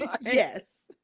yes